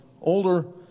older